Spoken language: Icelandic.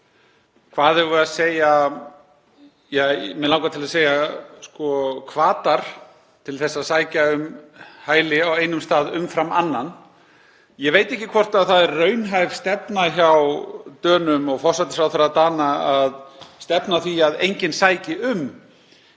nefnir hér sem eru, mig langar til að segja, hvatar til að sækja um hæli á einum stað umfram annan. Ég veit ekki hvort það er raunhæf stefna hjá Dönum og forsætisráðherra Dana að stefna að því að enginn sæki um.